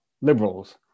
liberals